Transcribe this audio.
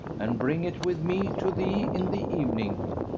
and bring it with me to thee in the evening.